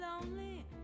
lonely